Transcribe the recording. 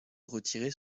retirer